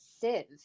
sieve